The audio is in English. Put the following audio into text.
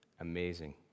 amazing